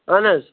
اَہن حظ